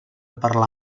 parlar